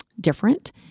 different